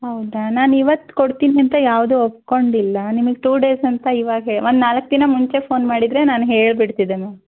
ಹೌದಾ ನಾನಿವತ್ತು ಕೊಡ್ತೀನಿ ಅಂತ ಯಾವುದೂ ಒಪ್ಪಿಕೊಂಡಿಲ್ಲ ನಿಮಗೆ ಟು ಡೇಸ್ ಅಂತ ಇವಾಗ ಹೆ ಒಂದು ನಾಲ್ಕು ದಿನ ಮುಂಚೆ ಫೋನ್ ಮಾಡಿದ್ದರೆ ನಾನು ಹೇಳ್ಬಿಡ್ತಿದ್ದೆ ಮ್ಯಾಮ್